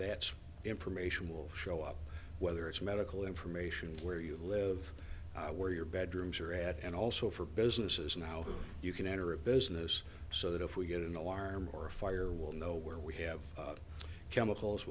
that information will show up whether it's medical information where you live where your bedrooms are at and also for businesses and how you can enter a business so that if we get an alarm or a fire will know where we have chemicals